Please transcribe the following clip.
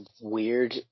weird